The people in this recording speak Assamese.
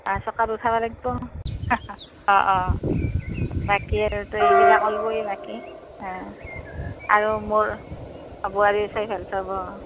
চকাত উঠাব লাগিব অ অ বাকী আৰু তই এইবিলাক বাকী অ আৰু মোৰ বোৱাৰী আছে খেল চাব